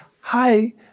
hi